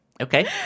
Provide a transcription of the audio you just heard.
Okay